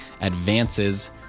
advances